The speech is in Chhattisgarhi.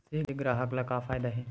से ग्राहक ला का फ़ायदा हे?